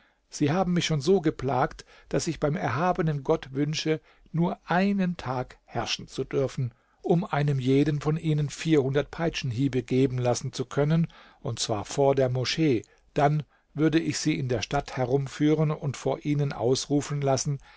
sie haben mich schon so geplagt daß ich beim erhabenen gott wünsche nur einen tag herrschen zu dürfen um einem jeden von ihnen vierhundert peitschenhiebe geben lassen zu können und zwar vor der moschee dann würde ich sie in der stadt herumführen und vor ihnen ausrufen lassen